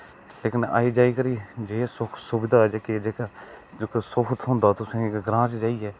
लेकिन आई जाई करी जे सुख सुविधा जेह्की जेह्का जेह्का सुख थ्होंदा तुसेंगी ग्रांऽ च जाइयै